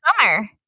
summer